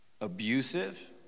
abusive